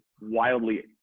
wildly